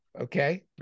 okay